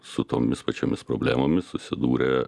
su tomis pačiomis problemomis susidūrė